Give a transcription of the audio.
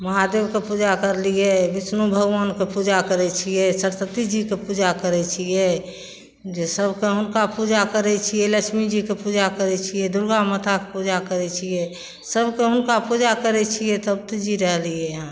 महादेवके पूजा करलिए विष्णु भगवानके पूजा करै छिए सरस्वतीजीके पूजा करै छिए जे सभके हुनका पूजा करै छिए लक्ष्मीजीके पूजा करै छिए दुरगा माताके पूजा करै छिए सभके हुनका पूजा करै छिए तब तऽ जी रहलिए हँ